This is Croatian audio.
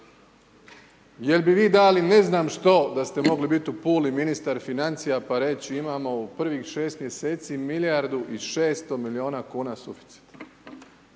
Jel' bi vi dali ne znam što da ste mogli biti u Puli ministar financija pa reći imamo u prvih 6 mjeseci milijardu i 600 milijuna kuna suficit?